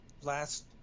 last